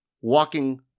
walking